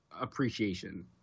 appreciation